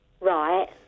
Right